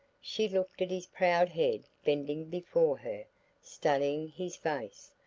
she looked at his proud head bending before her studying his face,